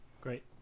Great